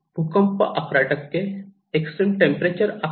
भूकंप 11 extreme temperature 11